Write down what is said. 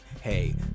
hey